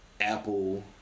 Apple